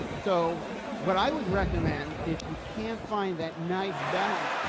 so what i would recommend if you can't find that nice balance,